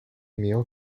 meal